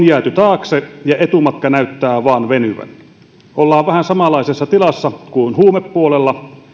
jääty taakse ja etumatka näyttää vain venyvän ollaan vähän samanlaisessa tilassa kuin huumepuolella